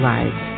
Lives